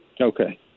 okay